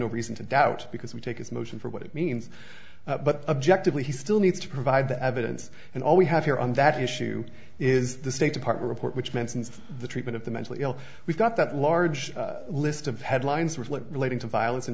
no reason to doubt because we take his motion for what it means but objectively he still needs to provide the evidence and all we have here on that issue is the state department report which mentions the treatment of the mentally ill we've got that large list of headlines with what relating to violence in